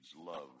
love